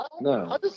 No